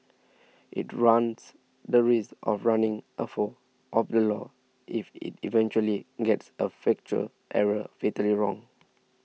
it runs the risk of running afoul of the law if it eventually gets a factual error fatally wrong